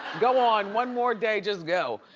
go on, one more day, just go.